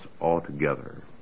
altogether